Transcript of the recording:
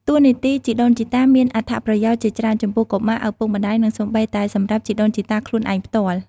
តួនាទីជីដូនជីតាមានអត្ថប្រយោជន៍ជាច្រើនចំពោះ កុមារ ឪពុកម្តាយ និងសូម្បីតែសម្រាប់ជីដូនជីតាខ្លួនឯងផ្ទាល់។